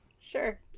Sure